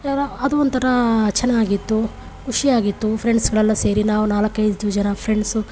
ರ ಅದು ಒಂಥರ ಚೆನ್ನಾಗಿತ್ತು ಖುಷಿಯಾಗಿತ್ತು ಫ್ರೆಂಡ್ಸ್ಗಳೆಲ್ಲ ಸೇರಿ ನಾವು ನಾಲ್ಕೈದು ಜನ ಫ್ರೆಂಡ್ಸು